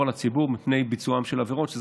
באמת על הציבור מפני ביצוען של עבירות.